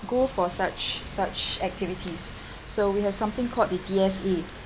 go for such such activities so we have something called the D_S_A